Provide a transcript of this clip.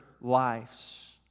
lives